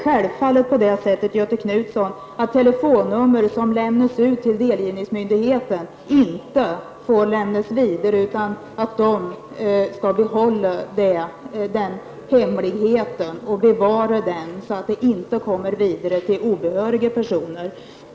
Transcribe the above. Självfallet skall, Göthe Knutson, telefonnummer som lämnas ut till delgivningsmyndigheten inte få lämnas vidare, utan myndigheten skall bevara den hemligheten, så att den inte kommer vidare till obehöriga personer.